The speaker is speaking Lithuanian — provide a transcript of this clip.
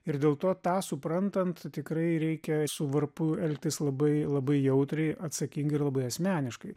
ir dėl to tą suprantant tikrai reikia su varpu elgtis labai labai jautriai atsakingai ir labai asmeniškai